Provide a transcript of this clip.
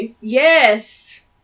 yes